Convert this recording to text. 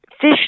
fish